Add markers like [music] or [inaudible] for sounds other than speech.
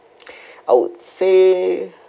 [breath] I would say